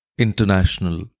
international